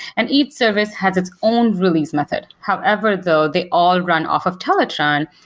and each service has its own release method. however though, they all run off of teletron,